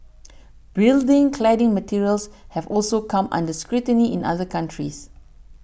building cladding materials have also come under scrutiny in other countries